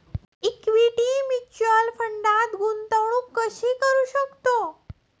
Equity mutual फंडात गुंतवणूक कशी करू शकतो?